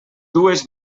dues